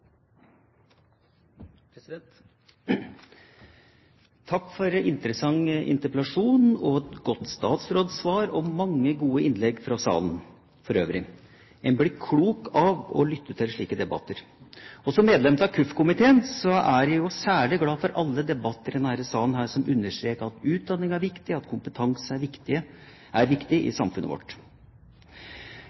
mange gode innlegg fra salen for øvrig! En blir klok av å lytte til slike debatter. Som medlem av kirke-, utdannings- og forskningskomiteen er jeg særlig glad for alle debatter i denne salen som understreker at utdanning er viktig, og at kompetanse er viktig i samfunnet vårt.